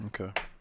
okay